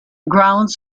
grounds